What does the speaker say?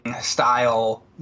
style